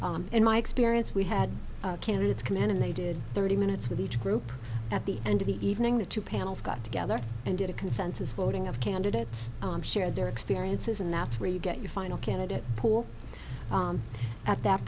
like in my experience we had candidates come in and they did thirty minutes with each group at the end of the evening the two panels got together and did a consensus voting of candidates on share their experiences and that's where you get your final candidate pool at that